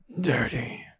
Dirty